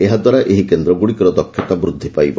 ଏହାଦ୍ୱାରା ଏହି କେନ୍ଦ୍ରଗୁଡ଼ିକର ଦକ୍ଷତା ବୃଦ୍ଧି ପାଇବ